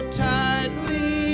tightly